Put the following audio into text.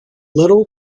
little